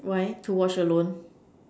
why to watch alone